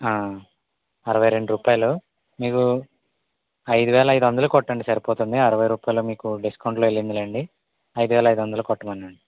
అరవై రెండు రూపాయిలు మీకు ఐదు వేల అయిదొందలు కొట్టండి సరిపోతుంది అరవై రూపాయిలు మీకు డిస్కౌంట్ లో వెళ్ళిందిలేండి ఐదు వేల అయిదొందలు కొట్టమనండి